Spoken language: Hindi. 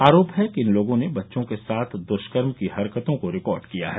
आरोप है कि इन लोगों ने बच्चों के साथ दृष्कर्म की हरकतों को रिकॉर्ड किया है